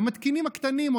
והמתקינים הקטנים,